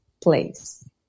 place